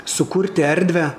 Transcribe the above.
sukurti erdvę